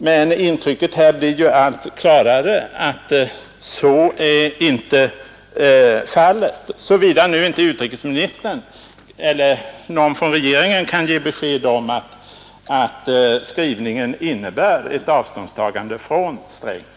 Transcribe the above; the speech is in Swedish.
Men intrycket här blir ju allt klarare, att så är inte fallet. Såvida nu inte utrikesministern eller någon annan från regeringen kan ge besked om att utskottsskrivningen skall tolkas som ett avståndstagande från herr Sträng.